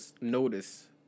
notice